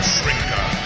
Shrinker